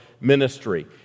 ministry